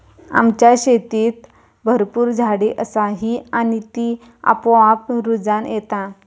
आमच्या शेतीत भरपूर झाडी असा ही आणि ती आपोआप रुजान येता